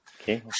Okay